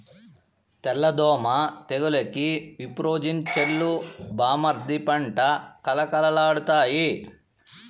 తెల్ల దోమ తెగులుకి విప్రోజిన్ చల్లు బామ్మర్ది పంట కళకళలాడతాయి